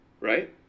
right